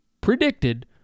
predicted